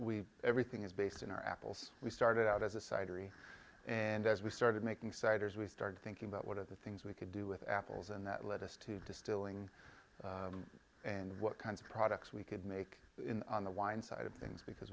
we everything is based in our apples we started out as a side and as we started making siders we started thinking about what are the things we could do with apples and that led us to distilling and what kinds of products we could make on the wine side of things because